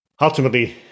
ultimately